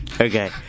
Okay